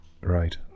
Right